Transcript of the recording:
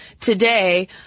today